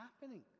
happening